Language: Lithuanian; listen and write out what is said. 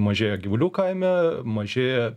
mažėja gyvulių kaime mažėja